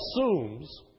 assumes